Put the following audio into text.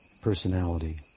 personality